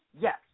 Yes